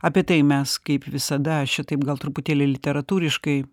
apie tai mes kaip visada aš čia taip gal truputėlį literatūriškai